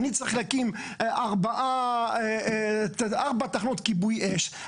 אני צריך להקים ארבע תחנות כיבוי אש,